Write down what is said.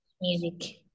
music